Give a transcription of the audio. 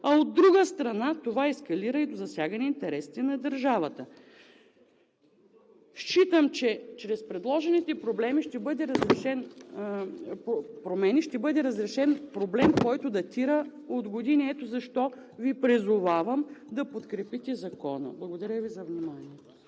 а от друга страна, това ескалира и до засягане интересите и на държавата. Считам, че чрез предложените промени ще бъде разрешен проблем, който датира от години. Ето защо Ви призовавам да подкрепите Закона. Благодаря Ви за вниманието.